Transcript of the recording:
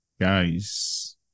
Guys